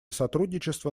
сотрудничества